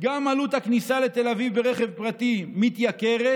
וגם עלות הכניסה לתל אביב ברכב פרטי מתייקרת?